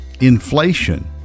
Inflation